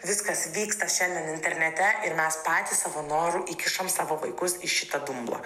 viskas vyksta šiandien internete ir mes patys savo noru įkišam savo vaikus į šitą dumblą